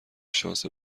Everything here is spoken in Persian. شانس